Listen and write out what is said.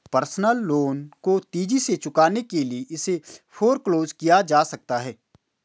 personal loan को तेजी से चुकाने के लिए इसे फोरक्लोज किया जा सकता है